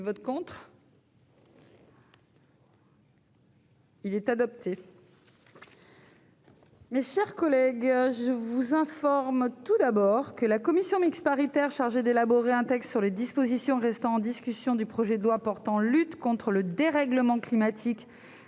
la prochaine séance. Mes chers collègues, je vous informe que la commission mixte paritaire chargée d'élaborer un texte sur les dispositions restant en discussion sur le projet de loi portant lutte contre le dérèglement climatique